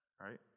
Right